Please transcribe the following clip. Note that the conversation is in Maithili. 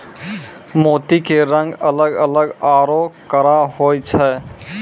मोती के रंग अलग अलग आरो कड़ा होय छै